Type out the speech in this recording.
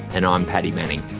and i'm paddy manning